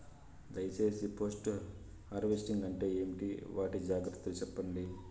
దయ సేసి post harvesting అంటే ఏంటి? వాటి జాగ్రత్తలు సెప్పండి?